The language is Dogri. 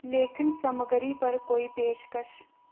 लेखन समग्गरी पर कोई पेशकश